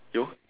you